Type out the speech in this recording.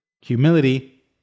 humility